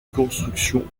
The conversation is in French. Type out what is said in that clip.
construction